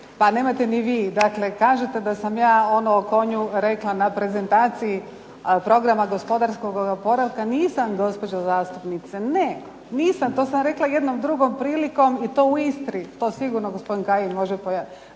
pa nemate ni vi. Dakle, kažete da sam ja ono o konju rekla na prezentaciji programa gospodarskog oporavka. Nisam gospođo zastupnice, ne, nisam. To sam rekla jednom drugom prilikom i to u Istri to sigurno gospodin Kajin može pojasniti.